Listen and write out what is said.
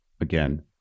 again